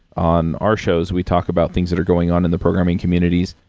on our shows, we talk about things that are going on in the programming communities.